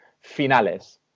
finales